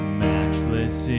matchless